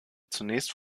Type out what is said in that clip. zunächst